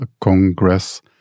Congress